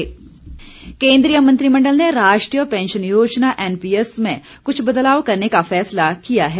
NPS केन्द्रीय मंत्रिमंडल ने राष्ट्रीय पेंशन योजना एनपीएस में कुछ बदलाव करने का फैसला किया है